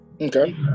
Okay